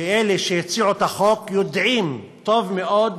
ואלה שהציעו את החוק יודעים טוב מאוד,